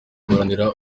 guharanira